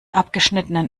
abgeschnittenen